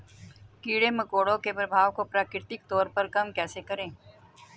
कीड़े मकोड़ों के प्रभाव को प्राकृतिक तौर पर कम कैसे करें?